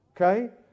Okay